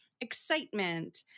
excitement